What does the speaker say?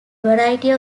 variety